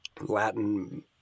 latin